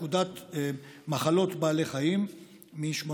פקודת מחלות בעלי חיים מ-1985.